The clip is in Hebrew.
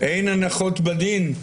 אין הנחות בדין?